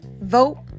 vote